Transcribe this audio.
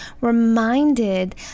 reminded